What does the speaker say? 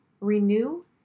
renew